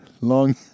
long